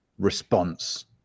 response